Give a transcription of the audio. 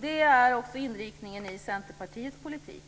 Det är också inriktningen i Centerpartiets politik.